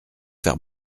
faire